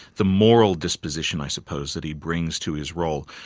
the moral disposition, i suppose, that he brings to his role,